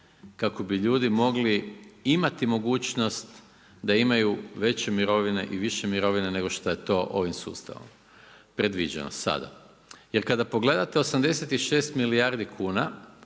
kako bi ljudi mogli imati mogućnost da imaju veće mirovine i više mirovine nego šta je to ovim sustavom predviđeno sada. Jer kada pogledate 86 milijardi kuna,